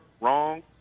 Wrong